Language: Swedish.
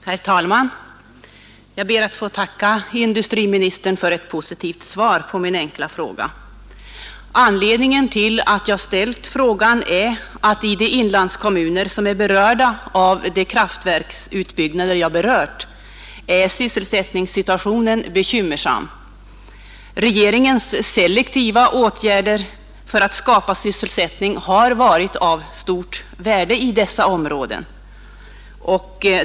Herr talman! Jag ber att få tacka industriministern för ett positivt svar på min enkla fråga. Anledningen till att jag ställt frågan är den bekymmersamma sysselsättningssituationen i de inlandskommuner som är berörda av de planerade kraftverksutbyggnaderna. Regeringens selektiva åtgärder för att skapa sysselsättning har varit av stort värde i dessa områden.